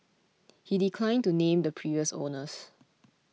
he declined to name the previous owners